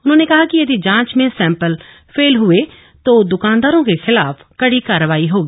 उन्होंने कहा कि यदि जांच में सैंपल फेल हुए तो दुकानदारों के खिलाफ कड़ी कार्रवाई होगी